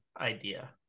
idea